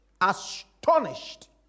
astonished